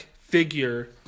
figure